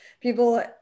people